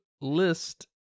list